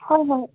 হয় হয়